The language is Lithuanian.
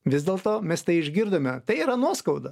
vis dėl to mes tai išgirdome tai yra nuoskauda